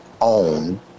own